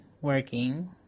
working